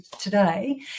today